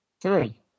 Three